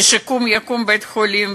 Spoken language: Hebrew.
וקום יקום בית-חולים,